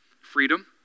Freedom